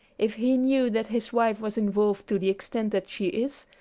if he knew that his wife was involved to the extent that she is,